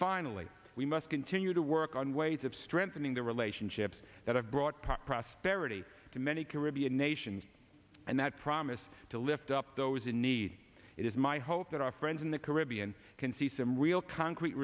finally we must continue to work on ways of strengthening the relationships that have brought back prosperity to many caribbean nations and that promise to lift up those in need it is my hope that our friends in the caribbean can see some real concrete